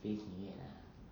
space 里面 ah